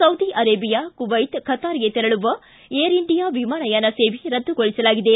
Saudi Arabia Kuwait ಖತಾರ್ಗೆ ತೆರಳುವ Air India ವಿಮಾನಯಾನ ಸೇವೆ ರದ್ದುಗೊಳಿಸಲಾಗಿದೆ